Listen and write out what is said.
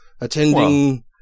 attending